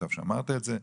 וטוב שאמרת את זה.